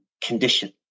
condition